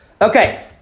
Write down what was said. Okay